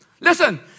Listen